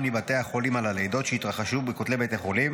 מבתי החולים על הלידות שהתרחשו בכותלי בתי החולים,